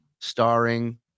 starring